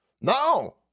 No